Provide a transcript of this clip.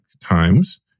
times